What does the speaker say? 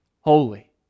holy